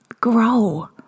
grow